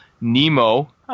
Nemo